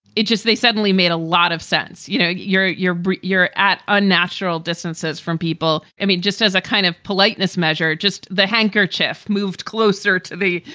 it just they suddenly made a lot of sense. you know, you're you're you're at unnatural distances from people. i mean, just as a kind of politeness measure, just the handkerchief moved closer to the.